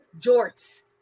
jorts